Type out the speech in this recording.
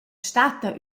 statta